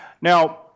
Now